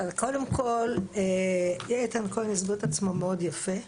קודם כל, איתן כהן הסביר את עצמו מאד יפה,